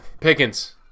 Pickens